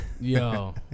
yo